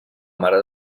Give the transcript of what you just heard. mare